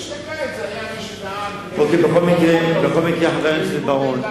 ומי שתקע את זה היה מי שדאג לרווחת העובדים בניגוד לדעת העובדים.